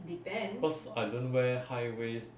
cause I don't wear high waist